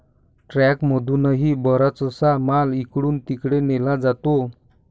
ट्रकमधूनही बराचसा माल इकडून तिकडे नेला जातो